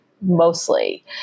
mostly